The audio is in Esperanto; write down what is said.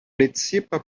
precipa